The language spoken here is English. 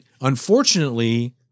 unfortunately